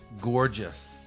gorgeous